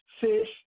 fish